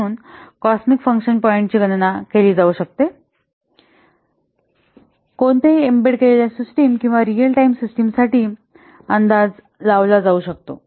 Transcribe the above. म्हणून cosmic function पॉईंट्सची गणना केली जाऊ शकते कोणत्याही एम्बेड केलेल्या सिस्टम किंवा रीअल टाइम सिस्टम साठी अंदाज लावला जाऊ शकतो